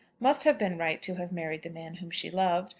must have been right to have married the man whom she loved,